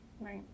right